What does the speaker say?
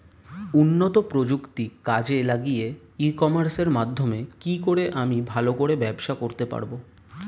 উন্নত প্রযুক্তি কাজে লাগিয়ে ই কমার্সের মাধ্যমে কি করে আমি ভালো করে ব্যবসা করতে পারব?